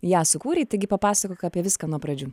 ją sukūrei taigi papasakok apie viską nuo pradžių